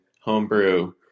homebrew